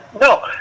No